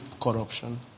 corruption